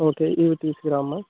okay ఇవి తీసుకురామ్మ